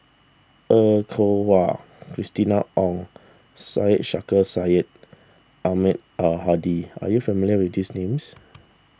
Er Kwong Wah Christina Ong and Syed Sheikh Syed Ahmad Al Hadi are you familiar with these names